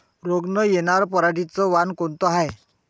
रोग न येनार पराटीचं वान कोनतं हाये?